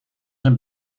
zijn